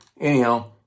anyhow